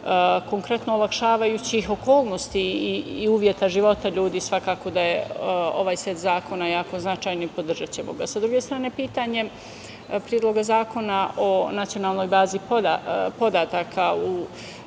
konkretno olakšavajućih okolnosti i zahteva života ljudi, svakako da je ovaj set zakona jako značajan i podržaćemo ga. Sa druge strane, pitanje Predloga zakona o nacionalnoj bazi podataka u